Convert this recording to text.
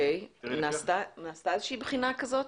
נעשתה בחינה כזאת?